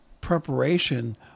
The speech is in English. preparation